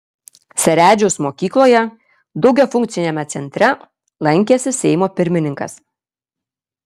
seredžiaus mokykloje daugiafunkciame centre lankėsi seimo pirmininkas